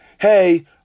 hey